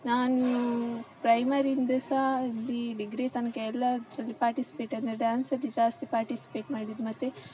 ನಾನು ಪ್ರೈಮರಿಯಿಂದ ಸಹ ಡಿಗ್ರಿ ತನಕ ಎಲ್ಲದರಲ್ಲಿ ಪಾರ್ಟಿಸ್ಪೇಟ್ ಅಂದರೆ ಡ್ಯಾನ್ಸಲ್ಲಿ ಜಾಸ್ತಿ ಪಾರ್ಟಿಸ್ಪೇಟ್ ಮಾಡಿದ್ದು ಮತ್ತೆ